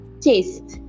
taste